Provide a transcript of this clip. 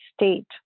state